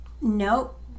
Nope